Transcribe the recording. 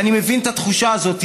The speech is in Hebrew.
אני מבין את התחושה הזאת,